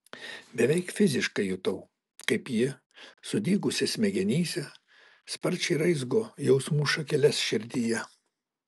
beveik fiziškai jutau kaip ji sudygusi smegenyse sparčiai raizgo jausmų šakeles širdyje